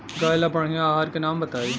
गाय ला बढ़िया आहार के नाम बताई?